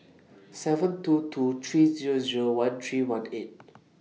seven two two three Zero Zero one three one eight